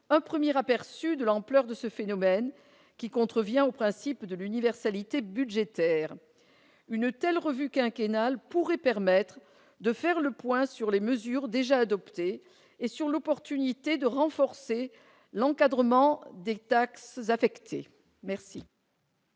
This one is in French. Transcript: un premier aperçu de l'ampleur de ce phénomène, qui contrevient au principe de l'universalité budgétaire. Une revue quinquennale pourrait permettre de faire le point sur les mesures déjà adoptées et sur l'opportunité de renforcer l'encadrement des taxes affectées. Quel